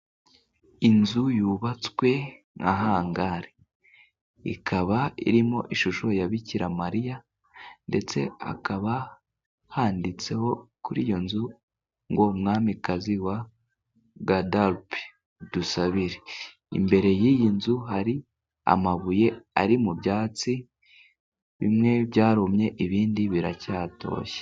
Inzu yubatswe nka hangali ikaba irimo ishusho ya Bikiramariya, ndetse hakaba handitseho kuri iyo nzu ngo, mwamikazi wa Gadarupe dusabire! imbere yiyi nzu hari amabuye, ari mu byatsi bimwe byarumye ibindi biracyatoshye.